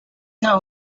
nta